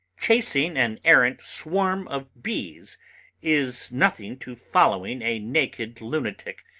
chasing an errant swarm of bees is nothing to following a naked lunatic,